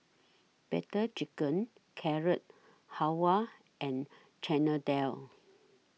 Butter Chicken Carrot Halwa and Chana Dal